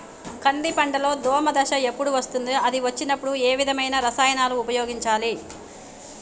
కంది పంటలో దోమ దశ ఎప్పుడు వస్తుంది అది వచ్చినప్పుడు ఏ విధమైన రసాయనాలు ఉపయోగించాలి?